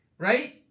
Right